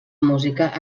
música